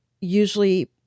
Usually